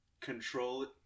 control